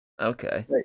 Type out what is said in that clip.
okay